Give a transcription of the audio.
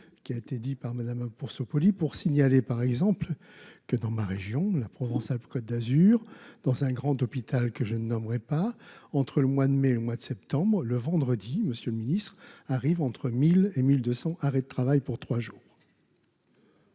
qui a été dit par Madame pour ce polie pour signaler par exemple que dans ma région, la Provence-Alpes-Côte d'Azur dans un grand hôpital que je ne nommerai pas entre le mois de mai, au mois de septembre, le vendredi Monsieur le Ministre arrive entre 1000 et 1200 arrêt de travail pour trois jours.